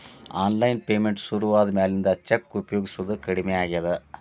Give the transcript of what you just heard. online payment ಶುರುವಾದ ಮ್ಯಾಲಿಂದ cheque ಉಪಯೊಗಸೋದ ಕಡಮಿ ಆಗೇದ